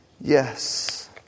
yes